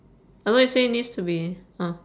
I thought you say it needs to be orh